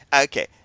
Okay